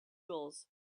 gulls